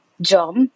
job